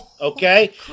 Okay